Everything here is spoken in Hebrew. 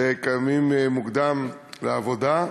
וקמים מוקדם לעבודה,